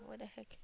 what the heck